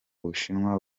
ubushinwa